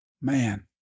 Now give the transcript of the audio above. Man